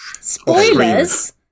Spoilers